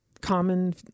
common